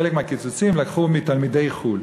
וכחלק מהקיצוצים לקחו מתלמידי חו"ל.